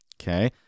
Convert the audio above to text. Okay